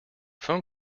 phone